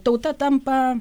tauta tampa